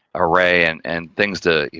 array and and things to, you